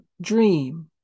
dream